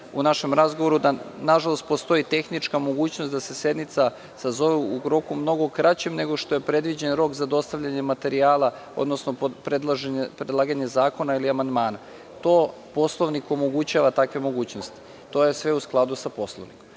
u našem razgovoru, da nažalost postoji tehnička mogućnost da se sednica sazove u roku mnogo kraćem nego što je predviđen rok za dostavljanje materijala, odnosno predlaganje zakona ili amandmana, dakle Poslovnik omogućava takve mogućnosti. To je sve u skladu sa Poslovnikom.